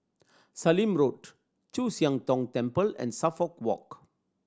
Sallim Road Chu Siang Tong Temple and Suffolk Walk